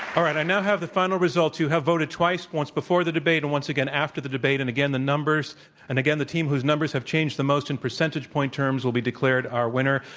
all right, i now have the final results. you have voted twice, once before the debate and once again after the debate. and again, the numbers and again, the team whose numbers have changed the most in percentage point term s will be declared our winner.